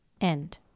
End